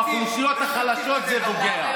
באוכלוסיות החלשות זה פוגע.